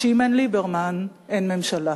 שאם אין ליברמן, אין ממשלה.